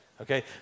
Okay